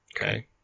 Okay